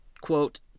quote